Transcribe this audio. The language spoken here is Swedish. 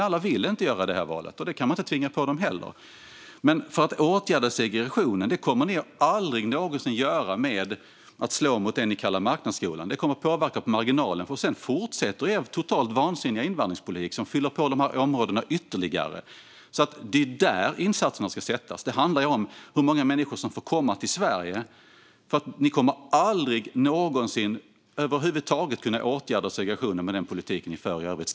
Alla vill inte göra detta val, och man kan inte heller tvinga det på dem. Ni kommer aldrig någonsin att åtgärda segregationen genom att slå mot det ni kallar marknadsskolan. Det kommer att påverka på marginalen. För sedan fortsätter er totalt vansinniga invandringspolitik, som fyller på dessa områden ytterligare. Det är där insatserna ska sättas in. Det handlar om hur många människor som får komma till Sverige. Ni kommer aldrig någonsin att över huvud taget kunna åtgärda segregationen med den politik ni för i övrigt.